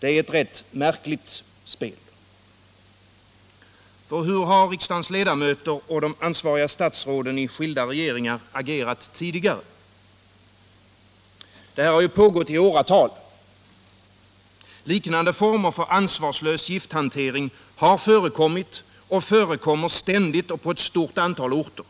Det är ett rätt märkligt spel, för hur har riksdagens ledamöter och de ansvariga statsråden i skilda regeringar agerat tidigare? Det här har ju pågått i åratal. Liknande former för ansvarslös gifthantering har förekommit och förekommer ständigt och på ett stort antal orter.